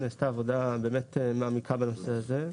נעשתה עבודה באמת מעמיקה בנושא הזה,